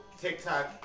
TikTok